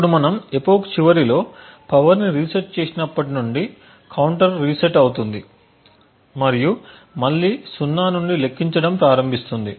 ఇప్పుడు మనము ఎపోక్ చివరిలో పవర్ని రీసెట్ చేసినప్పటి నుండి కౌంటర్ రీసెట్ అవుతుంది మరియు మళ్ళీ సున్నా నుండి లెక్కించడం ప్రారంభిస్తుంది